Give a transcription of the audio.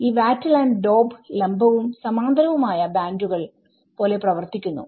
ഈ wattle and ഡോബ്ലംബവും സാമാന്തരവും ആയ ബാന്റുകൾ പോലെ പ്രവർത്തിക്കുന്നു